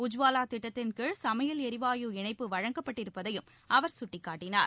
உஜ்வாவா திட்டத்தின் கீழ் சமையல் எரிவாயு இணைப்பு வழங்கப்பட்டிருப்பதையும் அவர் சுட்டிக்காட்டினார்